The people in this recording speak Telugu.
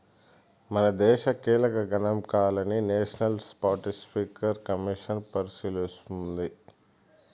మనదేశ కీలక గనాంకాలని నేషనల్ స్పాటస్పీకర్ కమిసన్ పరిశీలిస్తోంది